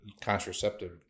contraceptive